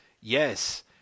Yes